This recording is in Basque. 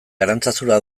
arantzazura